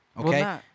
Okay